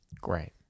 great